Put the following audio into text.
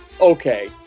okay